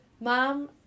Mom